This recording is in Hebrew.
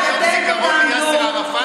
מה, חברת הכנסת זנדברג, יאסר ערפאת?